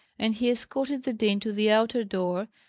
and he escorted the dean to the outer door,